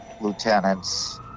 lieutenants